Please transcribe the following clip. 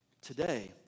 today